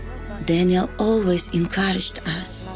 daniel always encouraged us.